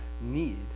need